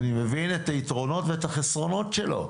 אני מבין את היתרונות והחסרונות שלו.